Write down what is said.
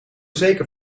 zeker